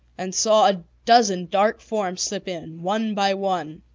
and saw a dozen dark forms slip in, one by one.